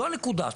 זוהי הנקודה.